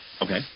Okay